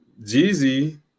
Jeezy